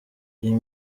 iyo